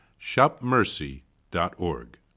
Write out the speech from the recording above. shopmercy.org